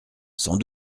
sans